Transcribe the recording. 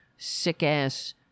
sick-ass